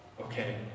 okay